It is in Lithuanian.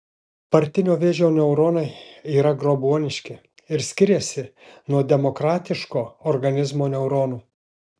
partinio vėžio neuronai yra grobuoniški ir skiriasi nuo demokratiško organizmo neuronų